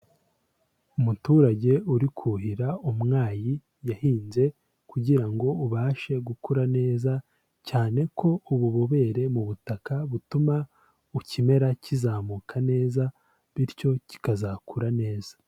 Umuturage uri kuhira umwayi yahinze kugira ngo ubashe gukura neza, cyane ko ububobere mu butaka butuma ikimera kizamuka neza bityo kikazakura neza.